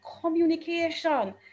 communication